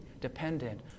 dependent